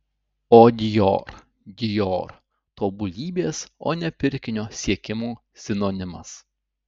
o dior dior tobulybės o ne pirkinio siekimo sinonimas